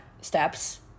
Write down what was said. steps